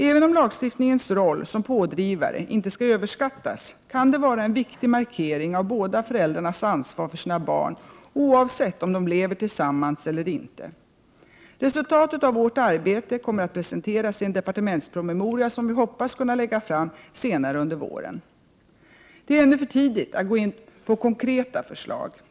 Även om lagstiftningens roll som pådrivare inte skall överskattas, kan det vara en viktig markering av båda föräldrarnas ansvar för sina barn, oavsett om de lever tillsammans eller inte. Resultatet av vårt arbete kommer att presenteras i en departementspromemoria som vi hoppas kunna lägga fram senare under våren. Det är ännu för tidigt att gå in på konkreta förslag.